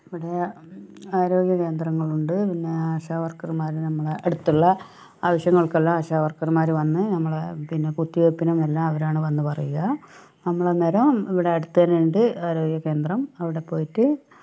ഇവിടെ ആരോഗ്യകേന്ദ്രങ്ങളുണ്ട് പിന്നെ ആശാവർക്കർമാർ നമ്മളെ അടുത്തുള്ള ആവശ്യങ്ങൾക്കുള്ള ആശാവർക്കർമാർ വന്ന് നമ്മളെ പിന്നെ കുത്തിവെപ്പിനും എല്ലാം അവരാണ് വന്ന് പറയുക നമ്മളന്നേരം ഇവിടെ അടുത്ത് തന്നെയുണ്ട് ആരോഗ്യകേന്ദ്രം അവിടെ പോയിട്ട്